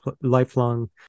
lifelong